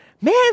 man